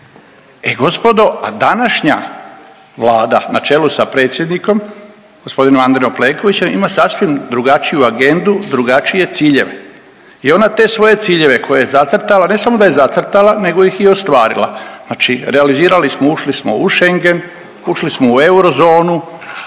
E gospodo, a današnja Vlada na čelu sa predsjednikom, g. Andrejom Plenkovićem ima sasvim drugačiju agendu, drugačije ciljeve i ona te svoje ciljeve koje je zacrtala, ne samo da je zacrtala nego ih i ostvarila. Znači realizirali smo, ušli smo u Schengen, ušli smo u eurozonu,